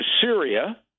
Syria